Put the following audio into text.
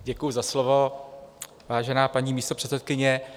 Děkuji za slovo, vážená paní místopředsedkyně.